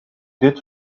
did